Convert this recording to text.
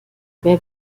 wer